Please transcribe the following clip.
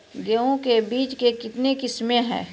गेहूँ के बीज के कितने किसमें है?